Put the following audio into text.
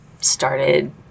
started